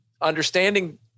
understanding